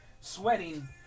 sweating